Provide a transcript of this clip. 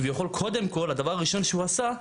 הדבר הראשון שהוא עשה,